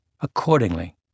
accordingly